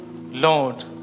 Lord